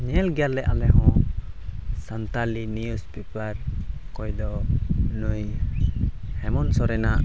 ᱧᱮᱞ ᱜᱮᱭᱟᱞᱮ ᱟᱞᱮ ᱦᱚᱸ ᱥᱟᱱᱛᱟᱞᱤ ᱱᱤᱭᱩᱥ ᱯᱮᱯᱟᱨ ᱚᱠᱚᱭ ᱫᱚ ᱱᱩᱭ ᱦᱮᱢᱚᱱᱛᱚ ᱥᱚᱨᱮᱱᱟᱜ